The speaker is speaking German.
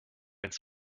ins